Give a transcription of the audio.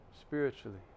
spiritually